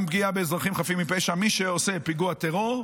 גם פגיעה באזרחים חפים מפשע, מי שעושה פיגוע טרור,